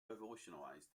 revolutionized